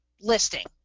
listing